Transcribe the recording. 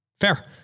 Fair